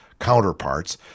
counterparts